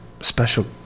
special